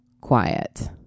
quiet